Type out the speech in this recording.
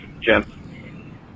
Jim